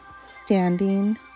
standing